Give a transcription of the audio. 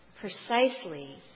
precisely